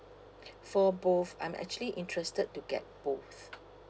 for both I'm actually interested to get both